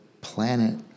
planet